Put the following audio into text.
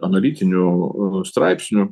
analitinių straipsnių